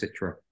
Citra